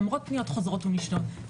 למרות פניות חוזרות ונשנות.